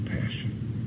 passion